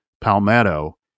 Palmetto